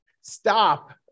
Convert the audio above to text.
stop